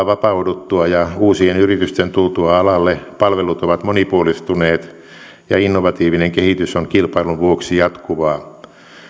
vapauduttua alalla ja uusien yritysten tultua alalle palvelut ovat monipuolistuneet ja innovatiivinen kehitys on kilpailun vuoksi jatkuvaa